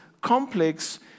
complex